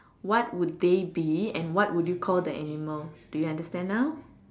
what would they be and what would you call the animal do you understand now